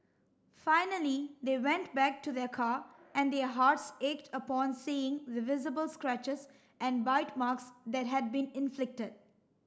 finally they went back to their car and their hearts ached upon seeing the visible scratches and bite marks that had been inflicted